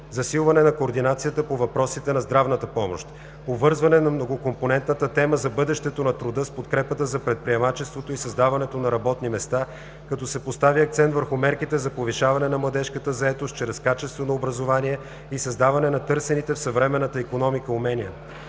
засилване на координацията по въпросите на здравната помощ; - обвързване на многокомпонентната тема за бъдещето на труда с подкрепата за предприемачеството и създаването на работни места, като се постави акцент върху мерките за повишаване на младежката заетост чрез качествено образование и създаване на търсените в съвременната икономика умения;